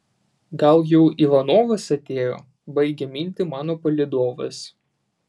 gal jau ivanovas atėjo baigia mintį mano palydovas